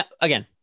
again